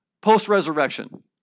post-resurrection